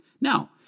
Now